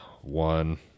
One